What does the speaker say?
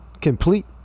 complete